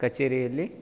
ಕಛೇರಿಯಲ್ಲಿ